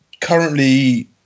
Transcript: currently